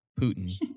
Putin